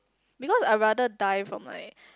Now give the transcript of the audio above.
because I rather died from like